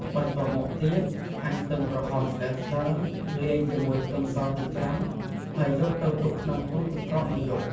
បន្ទាប់មកទៀត ហាន់ខ្ទឹមក្រហមស្តើងៗលាយជាមួយខ្ទឹមសចិញ្ច្រាំ ហើយយកទៅទុកក្នុងទូរទឹកកកមួយយប់។